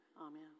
Amen